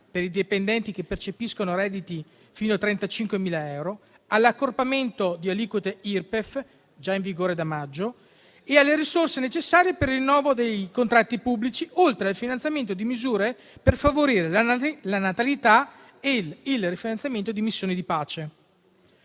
per i dipendenti che percepiscono redditi fino a 35.000 euro, all'accorpamento di aliquote Irpef (già in vigore da maggio), e alle risorse necessarie per il rinnovo dei contratti pubblici, oltre al finanziamento di misure per favorire la natalità e il rifinanziamento di missioni di pace.